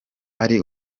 ari